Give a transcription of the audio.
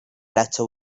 letter